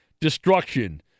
destruction